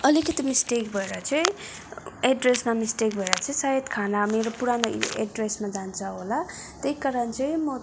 अलिकति मिस्टेक भएर चाहिँ एड्रेसमा मिस्टेक भएर चाहिँ सायद खाना मेरो पुरानो एड्रेसमा जान्छ होला त्यहीकारण चाहिँ म